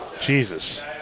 Jesus